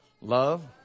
Love